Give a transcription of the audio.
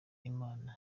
imana